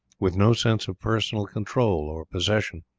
with no sense of personal control or possession,